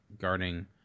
guarding